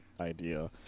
idea